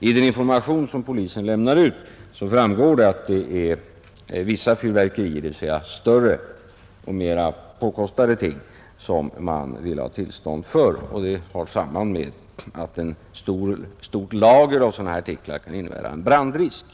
Av den information som polisen lämnar framgår att det är vissa fyrverkerier, dvs. större och mera påkostade sådana, som man behöver ha tillstånd för. Det har samband med att ett stort lager av sådana artiklar kan innebära en brandrisk.